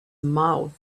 mouth